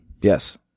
yes